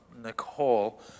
Nicole